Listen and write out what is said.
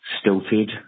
stilted